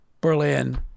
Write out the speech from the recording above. Berlin